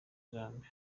zombi